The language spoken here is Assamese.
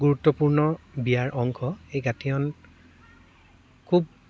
গুৰুত্বপূৰ্ণ বিয়াৰ অংশ এই গাঠিয়ন খুব